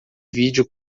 vídeo